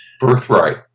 birthright